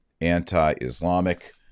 anti-Islamic